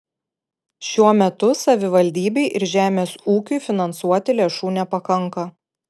šiuo metu savivaldybei ir žemės ūkiui finansuoti lėšų nepakanka